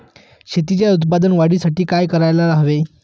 शेतीच्या उत्पादन वाढीसाठी काय करायला हवे?